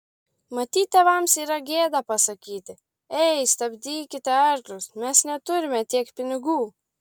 matyt tėvams yra gėda pasakyti ei stabdykite arklius mes neturime tiek pinigų